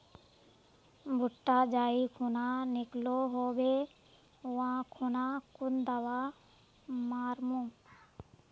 भुट्टा जाई खुना निकलो होबे वा खुना कुन दावा मार्मु?